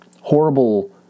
horrible